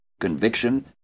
conviction